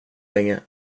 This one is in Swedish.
länge